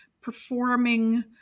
performing